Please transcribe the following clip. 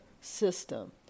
system